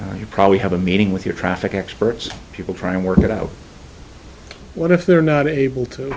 e you probably have a meeting with your traffic experts people trying to work it out what if they're not able to